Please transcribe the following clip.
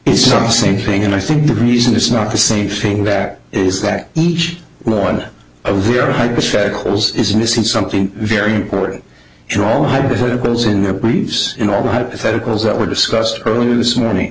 isn't the same thing and i think the reason is not the same thing that is that each one of their hypotheticals is missing something very important in all hypotheticals in their briefs in all hypotheticals that were discussed earlier this morning